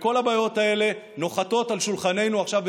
כל הבעיות האלה נוחתות על שולחננו עכשיו,